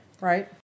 Right